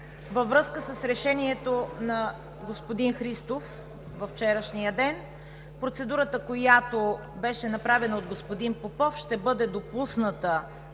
във връзка с решението на господин Христов във вчерашния ден. Процедурата, която беше направена от господин Попов, ще бъде допусната